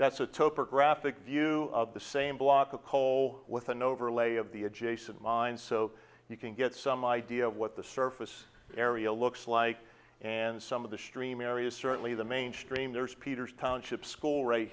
that's a toper graphic view of the same block of coal with an overlay of the adjacent mine so you can get some idea of what the surface area looks like and some of the stream areas certainly the main stream there is peters township school right